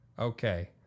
Okay